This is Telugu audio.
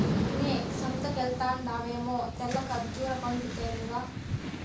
మ్మే సంతకెల్తండావేమో తెల్ల కర్బూజా పండ్లు తేరాదా